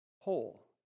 whole